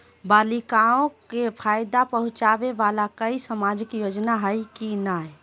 बालिकाओं के फ़ायदा पहुँचाबे वाला कोई सामाजिक योजना हइ की नय?